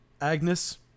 Agnes